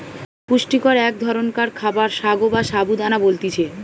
পুষ্টিকর এক ধরণকার খাবার সাগো বা সাবু দানা বলতিছে